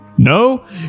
No